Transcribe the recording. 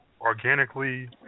organically